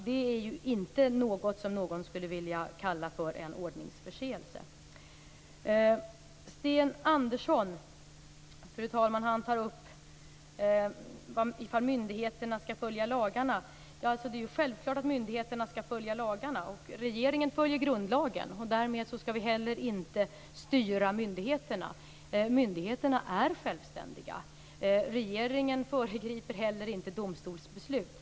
Det är inte något som man skulle vilja kalla ordningsförseelse. Sten Andersson, fru talman, undrar om myndigheterna skall följa lagarna. Det är självklart att myndigheterna skall följa lagarna. Regeringen följer grundlagen. Därmed skall vi heller inte styra myndigheterna. Myndigheterna är självständiga. Regeringen föregriper heller inte domstolsbeslut.